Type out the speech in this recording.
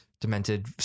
demented